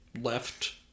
left